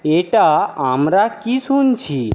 এটা আমরা কী শুনছি